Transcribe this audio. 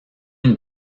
une